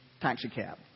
taxicab